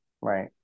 right